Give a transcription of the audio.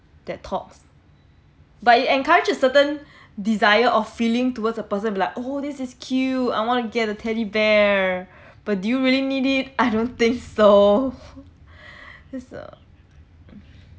that talks but it encourage a certain desire of feeling towards the person like oh this is cute I want to get a teddy bear but do you really need it I don't think so that's uh